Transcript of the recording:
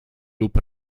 lub